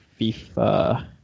fifa